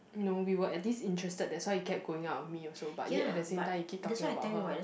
no we were at least interested that's why you kept going out with me also but yet at the same time you kept talking about her